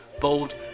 bold